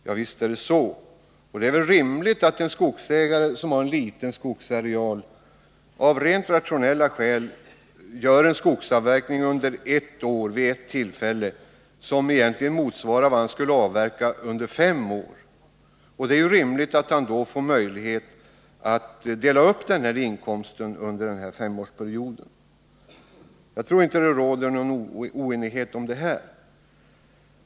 Ja, visst är det så. Och det är väl rimligt att en skogsägare som har en liten skogsareal av rent rationella skäl gör en skogsavverkning under ett år och vid ett tillfälle som motsvarar vad han skulle avverka undert.ex. fem år och då får möjlighet att dela upp inkomsten under denna femårsperiod. Jag tror inte att det råder någon oenighet i det avseendet.